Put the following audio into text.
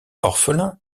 orphelin